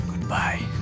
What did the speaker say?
goodbye